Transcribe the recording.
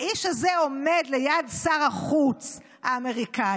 האיש הזה עומד ליד שר החוץ האמריקאי,